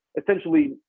essentially